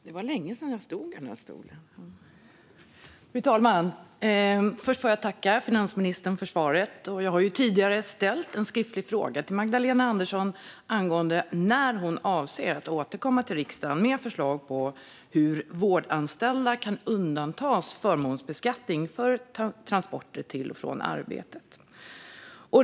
Fru talman! Först får jag tacka finansministern för svaret. Jag har tidigare ställt en skriftlig fråga till Magdalena Andersson angående när hon avser att återkomma till riksdagen med förslag på hur vårdanställda kan undantas från förmånsbeskattning för transporter till och från arbetet.